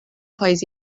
پاییز